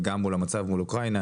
וגם מול המצב מול אוקראינה,